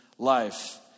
life